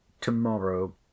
to-morrow